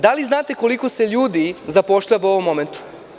Da li znate koliko se ljudi zapošljava u ovom momentu?